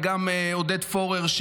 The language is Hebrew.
וגם עודד פורר,